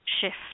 Shift